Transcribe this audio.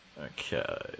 Okay